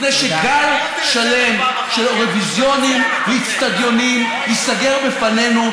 לפני שגל שלם של אירוויזיונים ואצטדיונים ייסגר בפנינו,